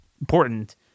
important